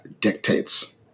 dictates